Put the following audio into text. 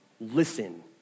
listen